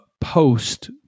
post